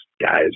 guys